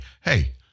hey